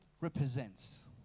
represents